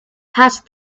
passed